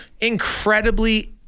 incredibly